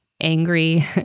angry